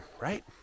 right